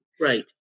right